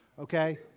Okay